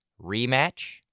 Rematch